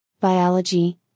Biology